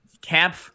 Camp